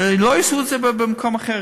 ושלא יעשו את זה במקום אחר,